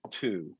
two